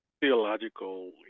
theological